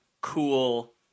cool